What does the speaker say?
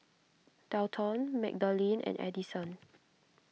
Delton Magdalene and Addison